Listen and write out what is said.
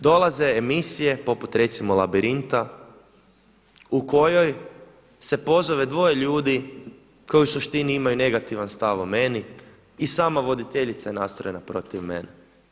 Dolaze emisije poput recimo Labirinta u kojoj se pozove dvoje ljudi koji u suštini imaju negativan stav o meni i sama voditeljica je nastrojena protiv mene.